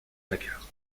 vainqueur